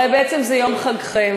הרי זה יום חגכם.